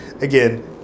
again